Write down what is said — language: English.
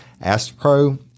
Astropro